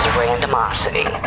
randomosity